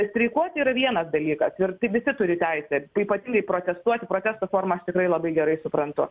streikuoti yra vienas dalykas ir tai visi turi teisę ypatingai protestuoti protesto forma tikrai labai gerai suprantu